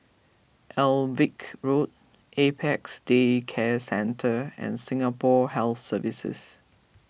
Alnwick Road Apex Day Care Centre and Singapore Health Services